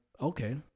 Okay